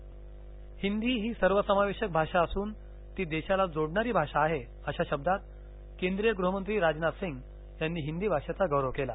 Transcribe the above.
राजभाषा हिंदी ही सर्वसमावेशक भाषा असून ती देशाला जोडणारी भाषा आहे अशा शब्दात केंद्रीय गुहमंत्री राजनाथ सिंग यांनी हिंदी भाषेचा गौरव केला